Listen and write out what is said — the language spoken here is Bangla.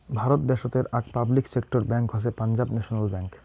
ভারত দ্যাশোতের আক পাবলিক সেক্টর ব্যাঙ্ক হসে পাঞ্জাব ন্যাশনাল ব্যাঙ্ক